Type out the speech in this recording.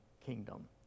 kingdom